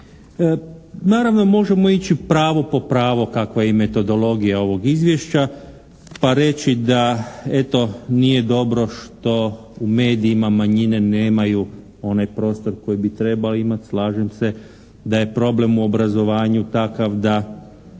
Naravno, možemo ići pravo po pravo kako je i metodologija ovog izvješća pa reći da eto nije dobro što u medijima manjine nemaju onaj prostor koji bi trebale imate, slažem se, da je problem u obrazovanju takav da